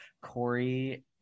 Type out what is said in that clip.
Corey